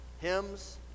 hymns